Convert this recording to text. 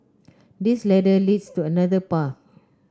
this ladder leads to another path